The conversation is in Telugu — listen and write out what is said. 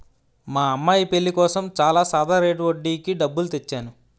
మా అమ్మాయి పెళ్ళి కోసం చాలా సాదా రేటు వడ్డీకి డబ్బులు తెచ్చేను